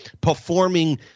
performing –